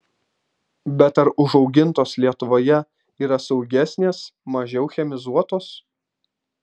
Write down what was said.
bet ar užaugintos lietuvoje yra saugesnės mažiau chemizuotos